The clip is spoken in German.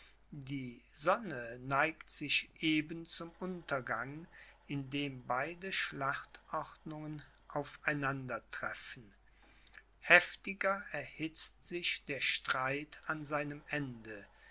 die sonne neigt sich eben zum untergang indem beide schlachtordnungen auf einander treffen heftiger erhitzt sich der streit an seinem ende